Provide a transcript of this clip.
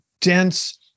dense